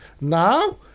Now